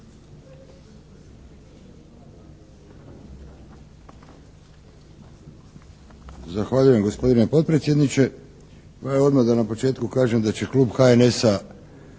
Zahvaljujem gospodine potpredsjedniče. Evo odmah da na početku kažem da će Klub HNS-a